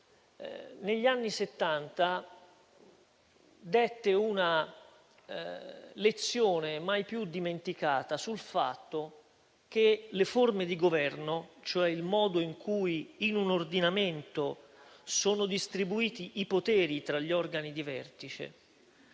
negli anni Settanta dette una lezione mai più dimenticata sul fatto che le forme di governo, cioè il modo in cui in un ordinamento sono distribuiti i poteri tra gli organi di vertice,